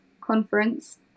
conference